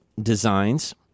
designs